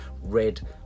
red